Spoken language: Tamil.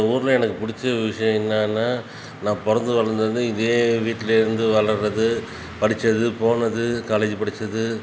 இந்த ஊரில் எனக்கு பிடிச்ச விஷயம் என்னென்னா நான் பிறந்து வளர்ந்ததுலேருந்து இதே வீட்டுலேருந்து வளர்றது படித்தது போனது காலேஜு படித்தது